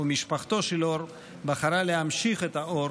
ומשפחתו של אור בחרה להמשיך את האור